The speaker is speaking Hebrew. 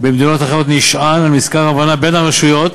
במדינות אחרות נשען על מזכר הבנה בין הרשויות,